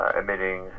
emitting